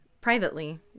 privately